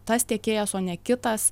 tas tiekėjas o ne kitas